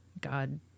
God